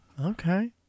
Okay